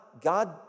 God